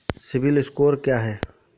CIBIL score क्या है?